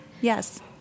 yes